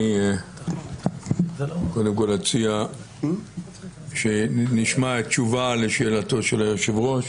אני אציע שנשמע תשובה לשאלתו של היושב-ראש